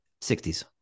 60s